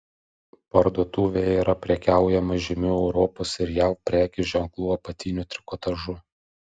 parduotuvėje yra prekiaujama žymių europos ir jav prekės ženklų apatiniu trikotažu